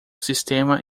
sistema